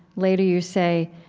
later you say,